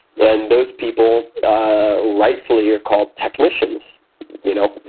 and those people rightfully are called technicians you know?